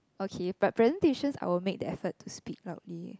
okay but presentations I will make the effort to speak loudly